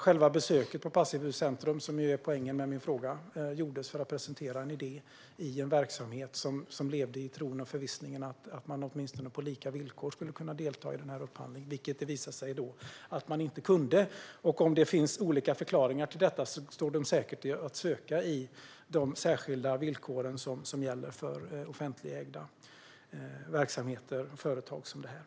Själva besöket på Passivhuscentrum - det här är poängen med min fråga - gjordes för att presentera en idé i en verksamhet som levde i tron och förvissningen att man åtminstone på lika villkor skulle kunna delta i den här upphandlingen, vilket det visade sig att man inte kunde. Om det finns olika förklaringar till detta står de säkert att söka i de särskilda villkor som gäller för offentligägda verksamheter och företag som det här.